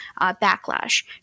backlash